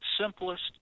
simplest